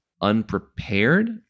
unprepared